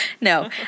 No